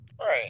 Right